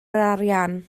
arian